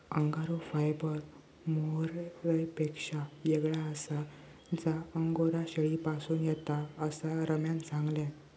angora fibre मोहायरपेक्षा येगळा आसा जा अंगोरा शेळीपासून येता, असा रम्यान सांगल्यान